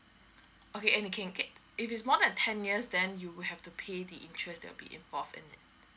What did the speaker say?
okay and it can get if it's more than ten years then you will have to pay the interest that would be involve in it